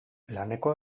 laneko